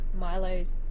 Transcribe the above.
Milo's